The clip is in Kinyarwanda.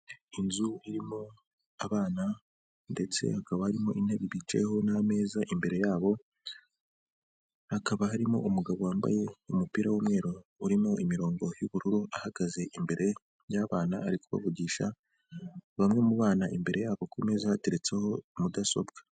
Inzu irimo abana ndetse hakaba harimo intebe bicayeho n'ameza imbere yabo, hakaba harimo umugabo wambaye umupira w'umweru urimo imirongo y'ubururu ahagaze imbere y'abana ari kubavugisha, bamwe mu bana imbere yabo ku meza hateretseho mudasobwa.